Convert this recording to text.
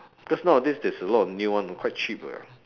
because nowadays there's a lot of new one quite cheap eh